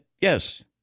yes